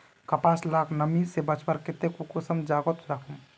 कपास लाक नमी से बचवार केते कुंसम जोगोत राखुम?